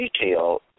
detail